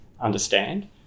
understand